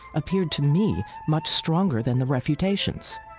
appeared to me much stronger than the refutations.